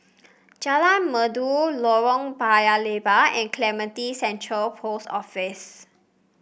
Jalan Merdu Lorong Paya Lebar and Clementi Central Post Office